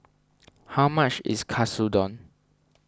how much is Katsudon